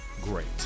great